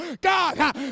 God